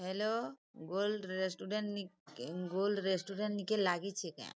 hello gold restaurant gold restaurant ନିକେ ଲାଗିଛି କାଁ